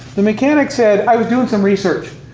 the mechanic said, i was doing some research,